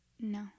No